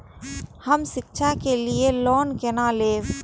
हम शिक्षा के लिए लोन केना लैब?